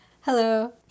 Hello